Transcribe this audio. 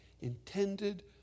intended